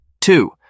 Two